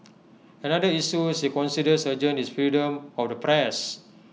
another issue she considers urgent is freedom of the press